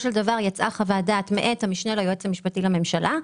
של דבר יצאה חוות דעת מאת המשנה ליועץ המשפטי לממשלה.